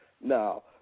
Now